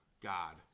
God